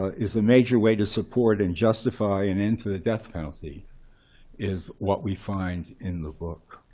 ah is a major way to support and justify an end to the death penalty is what we find in the book.